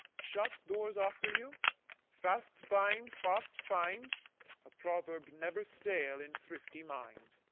shut doors after you fast bind, fast find a proverb never stale in thrifty mind.